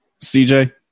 cj